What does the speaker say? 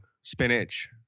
spinach